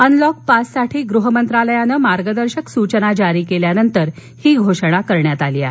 unlock पाच साठी गृहमंत्रालयानं मार्गदर्शक सूचना जारी केल्यानंतर ही घोषणा करण्यात आली आहे